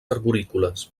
arborícoles